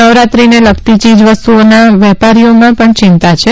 નવરાત્રીને લગતી ચીજ વસ્તુઓના વેપારીઓમાં પણ ચિંતા છે